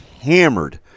hammered